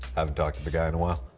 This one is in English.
um talked to the guy in a while.